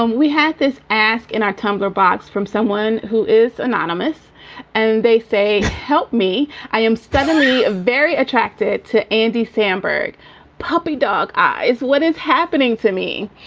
um we had this ask in our tumblr box from someone who is anonymous and they say, help me i am suddenly very attracted to andy samberg puppy dog eyes what is happening to me?